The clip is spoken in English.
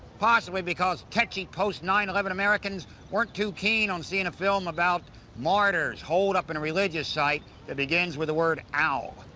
possibly because tetchy post nine eleven americans weren't too keen on seeing a film about martyrs holed up in a religious site that begins with the word al.